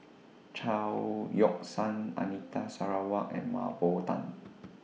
Chao Yoke San Anita Sarawak and Mah Bow Tan